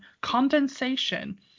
condensation